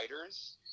writers